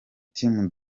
tim